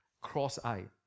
cross-eyed